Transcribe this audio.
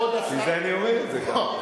אני אומר את זה כאן.